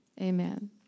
Amen